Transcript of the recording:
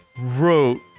wrote